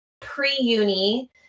pre-uni